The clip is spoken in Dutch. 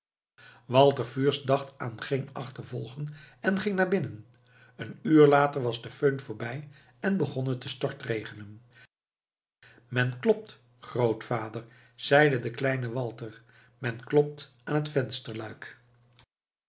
walter fürst dacht aan geen achtervolgen en ging naar binnen een uur later was de föhn voorbij en begon het te stortregenen men klopt grootvader zeide de kleine walter men klopt aan het vensterluik